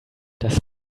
das